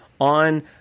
on